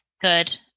Good